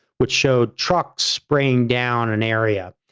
which showed trucks spraying down an area,